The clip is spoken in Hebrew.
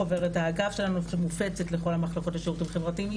חוברת האגף שלנו שמופצת לכל המחלקות והשירותים החברתיים.